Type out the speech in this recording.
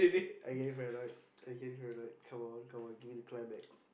are you getting paranoid are you getting paranoid come on come on give me the climax